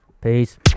Peace